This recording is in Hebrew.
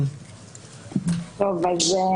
בבקשה.